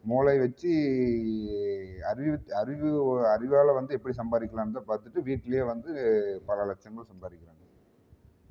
மூளை வெச்சு அறிவு அறிவு அறிவால் வந்து எப்படி சம்பாரிக்கிலாம் தான் பார்த்துட்டு வீட்லேயே வந்து பல லட்சங்கள் சம்பாதிக்கிறாங்க